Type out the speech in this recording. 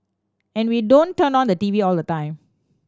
and we don't turn on the T V all the time